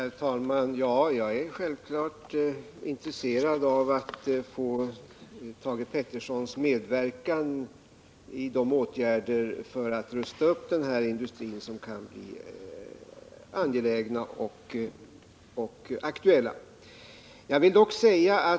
Herr talman! Jag är naturligtvis intresserad av att få Thage Petersons medverkan i de åtgärder för att rusta upp denna industri som kan bli aktuella.